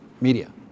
media